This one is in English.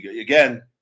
again